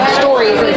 stories